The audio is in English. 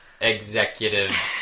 executive